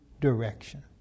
direction